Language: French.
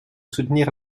soutenir